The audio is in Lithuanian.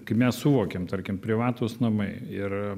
kai mes suvokėm tarkim privatūs namai ir